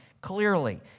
clearly